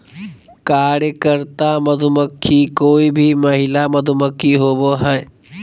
कार्यकर्ता मधुमक्खी कोय भी महिला मधुमक्खी होबो हइ